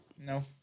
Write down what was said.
No